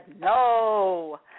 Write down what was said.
no